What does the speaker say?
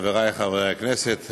חברי חברי הכנסת,